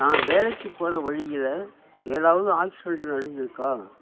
நான் வேலைக்குப் போகற வழியில் ஏதாவது ஆக்ஸிடண்டு நடந்திருக்கா